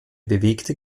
bewegte